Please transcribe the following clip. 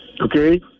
Okay